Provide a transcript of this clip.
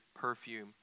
perfume